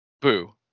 Boo